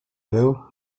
był